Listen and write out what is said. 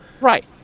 Right